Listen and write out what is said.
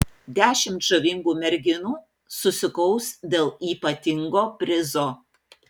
dešimt žavingų merginų susikaus dėl ypatingo prizo